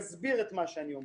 ואסביר את מה שאני אומר.